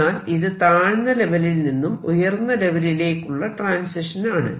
എന്നാൽ ഇത് താഴ്ന്ന ലെവലിൽ നിന്നും ഉയർന്ന ലെവലിലേക്ക് ഉള്ള ട്രാൻസിഷൻ ആണ്